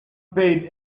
paid